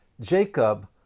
Jacob